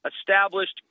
established